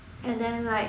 and then like